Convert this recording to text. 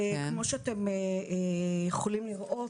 כמו שאתם יכולים לראות,